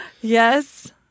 Yes